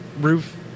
roof